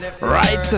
right